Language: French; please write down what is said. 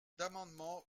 d’amendements